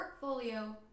portfolio